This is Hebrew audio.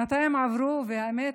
שנתיים עברו, והאמת,